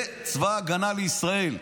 זה צבא ההגנה לישראל.